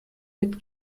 mit